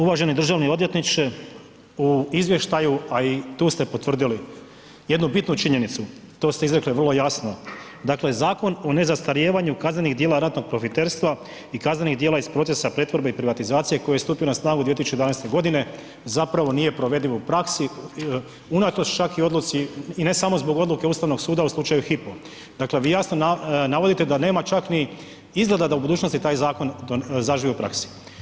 Uvaženi državni odvjetniče, u izvještaju, a i tu ste potvrdili jednu bitnu činjenicu, to ste izrekli vrlo jasno, dakle Zakon o nezastarijevanju kaznenih dijela ratnog profiterstva i kaznenih dijela iz procesa pretvorbe i privatizacije koji je stupio na snagu 2011.g. zapravo nije provediv u praksi, unatoč čak i odluci i ne samo zbog odluke Ustavnog suda u slučaju HYPO, dakle vi jasno navodite da nema čak ni izgleda da u budućnosti taj zakon zaživi u praksi.